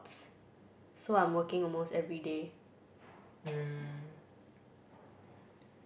so I'm working almost everyday